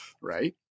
right